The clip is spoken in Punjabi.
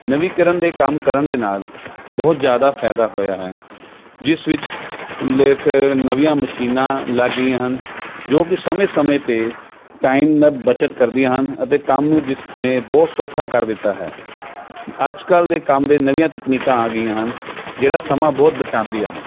ਨਵੀਨੀਕਰਨ ਦੇ ਕੰਮ ਕਰਨ ਦੇ ਨਾਲ ਬਹੁਤ ਜ਼ਿਆਦਾ ਫਾਇਦਾ ਹੋਇਆ ਹੈ ਜਿਸ ਵਿੱਚ ਲੇਖ ਨਵੀਆਂ ਮਸ਼ੀਨਾਂ ਲੱਗ ਗਈਆਂ ਹਨ ਜੋ ਕਿ ਸਮੇਂ ਸਮੇਂ ਅਤੇ ਟਾਈਮ ਦੀ ਬਚਤ ਕਰਦੀਆਂ ਹਨ ਅਤੇ ਕੰਮ ਨੂੰ ਜਿਸ ਨੇ ਬਹੁਤ ਸੌਖਾ ਕਰ ਦਿੱਤਾ ਹੈ ਅੱਜ ਕੱਲ੍ਹ ਦੇ ਕੰਮ ਦੇ ਨਵੀਆਂ ਤਕਨੀਕਾਂ ਆ ਗਈਆਂ ਹਨ ਜਿਹੜਾ ਸਮਾਂ ਬਹੁਤ ਬਚਾਂਦੀਆਂ ਹਨ